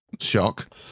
shock